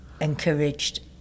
encouraged